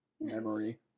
memory